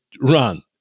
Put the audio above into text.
run